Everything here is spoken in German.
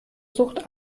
sucht